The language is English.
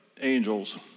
angels